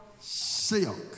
silk